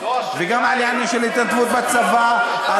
וגם על העניין של ההתנדבות בצבא.